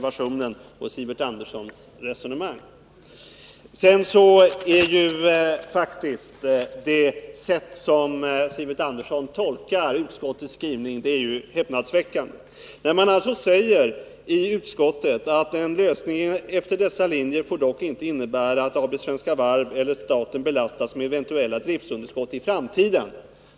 Vidare är Sivert Anderssons sätt att tolka utskottets skrivning häpnadsväckande. Utskottet uttalar bl.a. att en lösning enligt av utskottet angivna riktlinjer inte får innebära att Svenska Varv AB eller staten belastas med eventuella driftunderskott i framtiden.